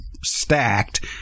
stacked